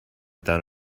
down